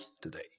today